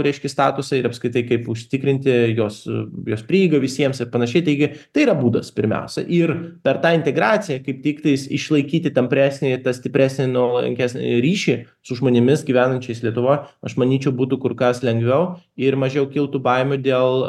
reiškia statusą ir apskritai kaip užtikrinti jos jos prieigą visiems ir panašiai taigi tai yra būdas pirmiausia ir per tą integraciją kaip tiktais išlaikyti tampresnį ir tą stipresnį nuolankesnį ryšį su žmonėmis gyvenančiais lietuvoj aš manyčiau būtų kur kas lengviau ir mažiau kiltų baimių dėl